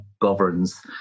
governs